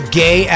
gay